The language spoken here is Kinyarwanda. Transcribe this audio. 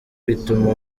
bituma